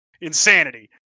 insanity